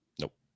Nope